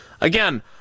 Again